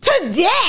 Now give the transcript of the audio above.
Today